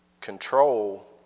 control